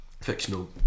fictional